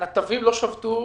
הנתבים לא שבתו,